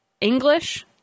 English